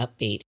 upbeat